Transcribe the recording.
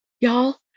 y'all